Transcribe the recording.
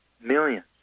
millions